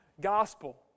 gospel